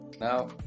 Now